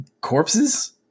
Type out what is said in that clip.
corpses